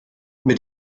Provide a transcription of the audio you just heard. mit